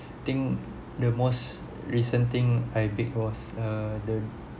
think the most recent thing I bake was err the